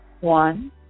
one